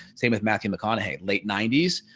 same with matthew mcconaughey late ninety s.